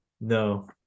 no